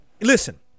listen